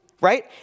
Right